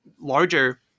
larger